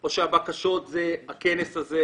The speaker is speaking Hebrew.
או שהבקשות זה הכנס הזה,